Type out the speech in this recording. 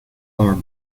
omar